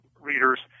readers